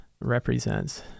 represents